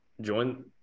Join –